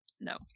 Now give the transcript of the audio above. No